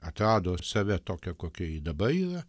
atrado save tokią kokia ji dabar yra